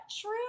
true